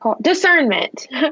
discernment